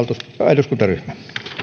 eduskuntaryhmä